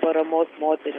paramos moteriai